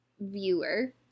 Viewer